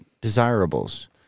desirables